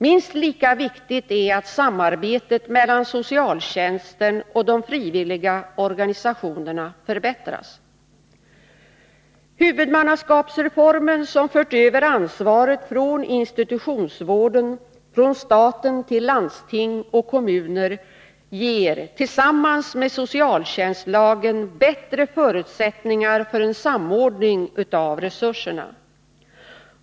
Minst lika viktigt är att samarbetet mellan socialtjänsten och de frivilliga organisationerna förbättras. Huvudmannaskapsreformen, som fört över ansvaret för institutionsvården från staten till landsting och kommuner, ger — tillsammans med socialtjänstlagen — bättre förutsättningar för en samordning av resurserna.